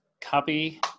copy